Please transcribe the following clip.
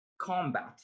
combat